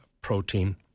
protein